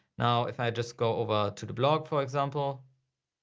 now if i just go over to the blog for example,